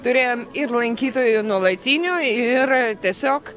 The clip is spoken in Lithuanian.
turėjom ir lankytojų nuolatinių ir tiesiog